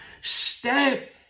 step